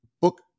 book